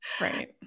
right